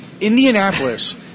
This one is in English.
Indianapolis